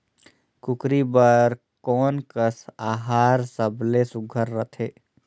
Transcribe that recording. कूकरी बर कोन कस आहार सबले सुघ्घर रथे?